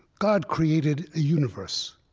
god created a universe.